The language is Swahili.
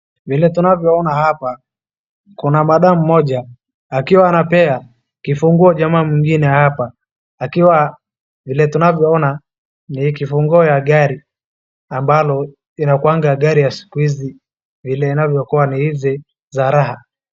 Vile tunavyoona hapa kuna madam mmoja akiwa anapea kifunguo jamaa mwingine hapa, akiwa vile tunavyoona ni kifunguo ya gari, ambalo inakuwanga gari ya sikuhizi vile inavyokuwa ni hizi za raha.